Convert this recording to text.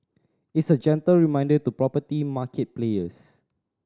it's a gentle reminder to property market players